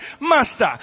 Master